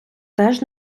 теж